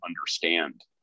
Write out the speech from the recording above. understand